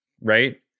right